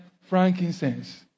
frankincense